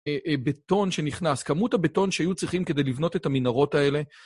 בטון שנכנס, כמות הבטון שהיו צריכים כדי לבנות את המנהרות האלה.